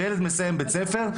שילד מסיים בית ספר,